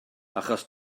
achos